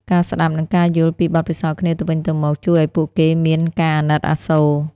ការស្តាប់និងការយល់ពីបទពិសោធន៍គ្នាទៅវិញទៅមកជួយឱ្យពួកគេមានការអាណិតអាសូរ។